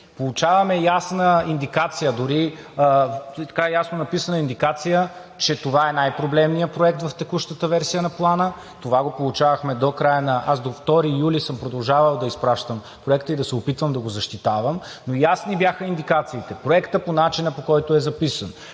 Получаваме ясна индикация, дори ясно написана индикация, че това е най-проблемният проект в текущата версия на Плана – до 2 юли аз съм продължавал да изпращам Проекта и да се опитвам да го защитавам, но ясни бяха индикациите – Проектът по начина, по който е записан,